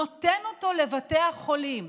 נותן אותו לבתי החולים,